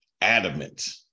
adamant